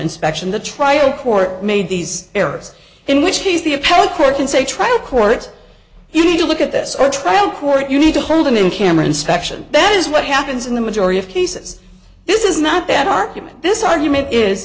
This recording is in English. inspection the trial the court made these errors in which case the appellate court can say trial court you need to look at this trial court you need to hold them in camera inspection that is what happens in the majority of cases this is not that argument this argument is